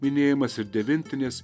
minėjimas ir devintinės